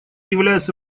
является